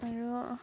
আৰু